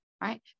right